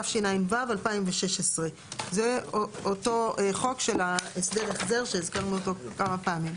התשע"ו-2016; זה אותו חוק של הסדר החזר שהזכרנו אותו כמה פעמים.